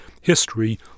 history